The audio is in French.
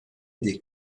des